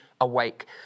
awake